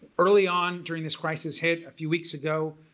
early on, during this crisis hit a few weeks ago,